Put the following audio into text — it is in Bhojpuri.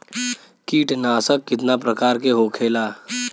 कीटनाशक कितना प्रकार के होखेला?